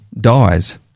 dies